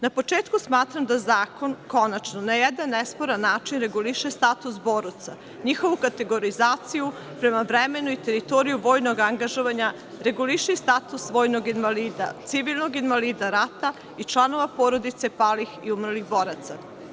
Na početku smatram da zakon, konačno, na jedan nesporan način reguliše status boraca, njihovu kategorizaciju prema vremenu i teritoriji vojnog angažovanja, reguliše i status vojnog invalida, civilnog invalida rata i članova porodica palih i umrlih boraca.